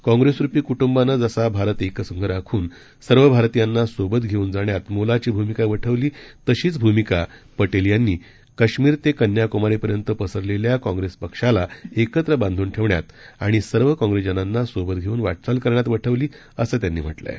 काँप्रेसरुपी कुट्रंबानं जसा भारत एकसंघ राखून सर्व भारतीयांना सोबत घेऊन जाण्यात मोलाची भूमिका वठवली तशीच भूमिका पटेल यांनी काश्मीर ते कन्याकुमारीपर्यंत पसरलेल्या काँग्रेस पक्षाला एकत्र बांधून ठेवण्यात आणि सर्व काँग्रेसजनांना सोबत घेऊन वाटचाल करण्यात वठवली असं त्यांनी म्हटलय